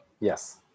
Yes